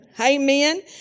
Amen